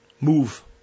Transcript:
Move